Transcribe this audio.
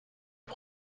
bei